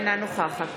אינה נוכחת